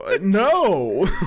No